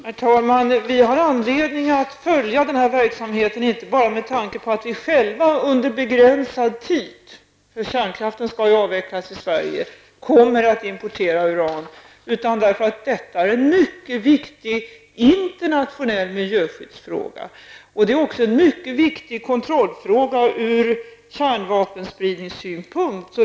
Herr talman! Detta är en mycket viktig internationell miljöskyddsfråga. Vi har därför anledning att följa verksamheten, inte bara med tanke på att vi själva under begränsad tid, för kärnkraften skall ju avvecklas i Sverige, kommer att importera uran. Det är också en mycket viktig fråga att kontrollera ur kärnvapenspridningssynpunkt.